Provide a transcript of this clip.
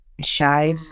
shy